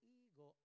ego